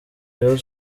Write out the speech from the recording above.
rayon